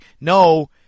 No